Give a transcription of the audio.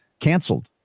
canceled